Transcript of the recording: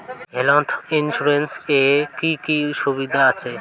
Health insurance এ কি কি সুবিধা আছে?